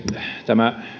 tämä